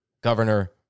Governor